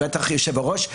ובטח היושב-ראש.